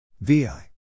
VI